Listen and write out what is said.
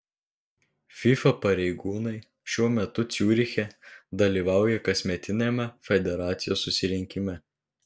fifa pareigūnai šiuo metu ciuriche dalyvauja kasmetiniame federacijos susirinkime